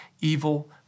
evil